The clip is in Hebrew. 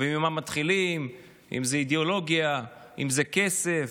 וממה מתחילים, אם זה אידיאולוגיה, אם זה כסף,